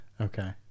Okay